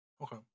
Okay